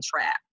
trap